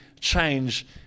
change